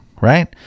right